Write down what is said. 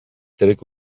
trac